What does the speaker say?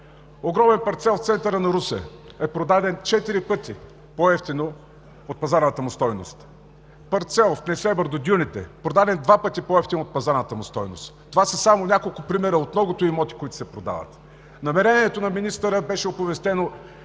огромен парцел в центъра на Русе е продаден четири пъти по евтино от пазарната му стойност; парцел в Несебър до дюните е продаден два пъти по-евтино от пазарната му стойност. Това са само няколко примера от многото имоти, които се продават. Намерението на министъра да се